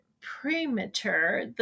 premature